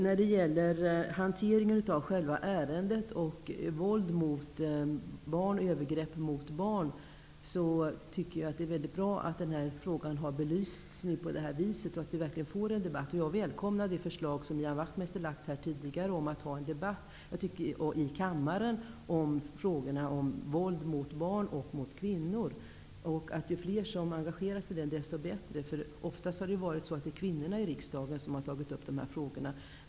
När det gäller hanteringen av själva ärendet, våld och övergrepp mot barn, tycker jag att det är mycket bra att denna fråga har belysts på detta sätt och att vi verkligen får en debatt. Jag välkomnar det förslag som Ian Wachtmeister har väckt här tidigare om att ha en debatt i kammaren om våld mot barn och mot kvinnor. Ju fler som engagerar sig i den debatten, desto bättre. Oftast har det nämligen varit kvinnorna i riksdagen som har tagit upp dessa frågor.